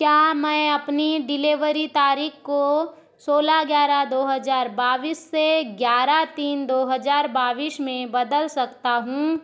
क्या मैं अपनी डिलीवरी तारीख को सोलह ग्यारह दो हज़ार बाईस से ग्यारह तीन दो हज़ार बाईस में बदल सकता हूँ